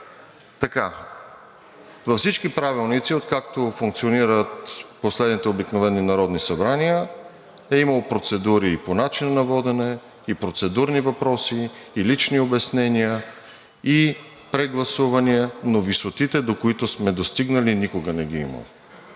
Във всички правилници, откакто функционират последните обикновени народни събрания, е имало процедури и по начина на водене, и процедурни въпроси, и лични обяснения, и прегласувания, но висотите, до които сме достигнали, никога не ги е имало.